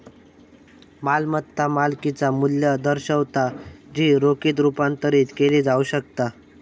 मालमत्ता मालकिचा मू्ल्य दर्शवता जी रोखीत रुपांतरित केली जाऊ शकता